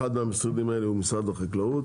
אחד המשרדים האלה הוא משרד החקלאות.